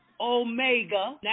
Omega